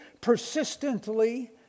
persistently